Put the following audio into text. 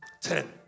Ten